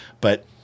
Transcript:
but-